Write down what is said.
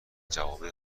جوامع